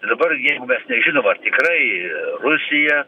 tai dabar jeigu mes nežinom ar tikrai rusija